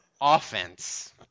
offense